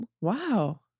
Wow